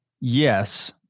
Yes